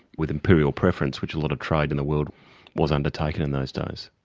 with imperial preference, which a lot of trade in the world was undertaken in those days.